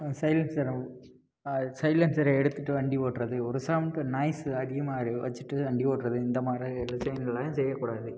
silencer சைலன்சரை எடுத்துவிட்டு வண்டி ஓட்டுறது ஒரு சவுண்டு நாய்ஸு அதிகமாக வச்சுட்டு வண்டி ஓடுறது இந்த மாதிரி விஷயங்கள்ல்லாம் செய்யக்கூடாது